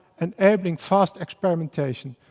and enabling fast experimentation.